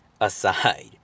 aside